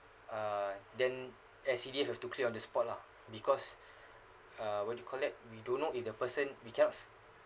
uh then S_C_D_F have to clear on the spot lah because uh what do you call that we don't know if the person we cannot as~